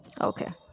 Okay